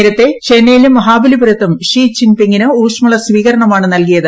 നേരത്തെ ചെന്നൈയിലും മഹാബലിപുരത്തും ഷി ചിൻപിങ്ങിന് ഊഷ്മള സ്വീകരണമാണു നൽകിയത്